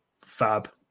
Fab